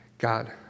God